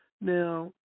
Now